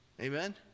Amen